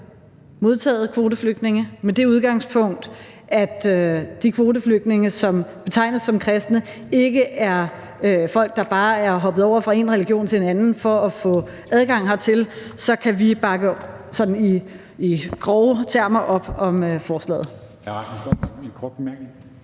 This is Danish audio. modtaget kvoteflygtninge; med det udgangspunkt, at de kvoteflygtninge, som betegnes som kristne, ikke er folk, der bare er hoppet over fra en religion til en anden for at få adgang hertil, så kan vi sådan i grove termer bakke op om forslaget.